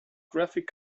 graphic